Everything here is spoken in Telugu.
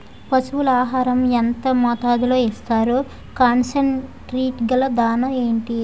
పశువుల ఆహారాన్ని యెంత మోతాదులో ఇస్తారు? కాన్సన్ ట్రీట్ గల దాణ ఏంటి?